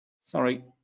sorry